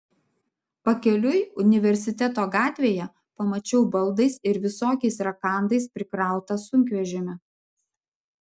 pakeliui universiteto gatvėje pamačiau baldais ir visokiais rakandais prikrautą sunkvežimį